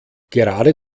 gerade